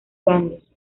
bandos